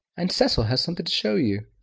and cecil has something to show you.